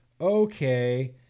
Okay